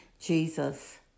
Jesus